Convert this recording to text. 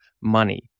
money